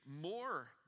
more